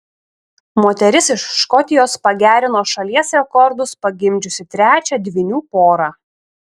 moteris iš škotijos pagerino šalies rekordus pagimdžiusi trečią dvynių porą